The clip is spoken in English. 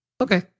Okay